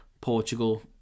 Portugal